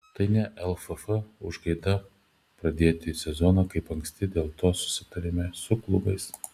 tai ne lff užgaida pradėti sezoną taip anksti dėl to susitarėme su klubais